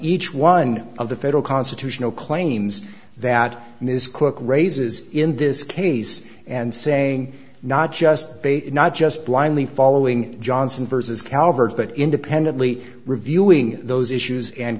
each one of the federal constitutional claims that ms cook raises in this case and saying not just based not just blindly following johnson versus calvert's but independently reviewing those issues and